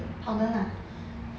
powder ah